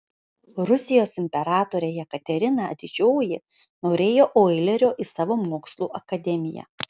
rusijos imperatorė jekaterina didžioji norėjo oilerio į savo mokslų akademiją